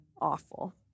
awful